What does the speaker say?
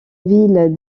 ville